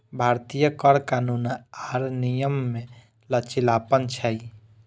भारतीय कर कानून आर नियम मे लचीलापन छै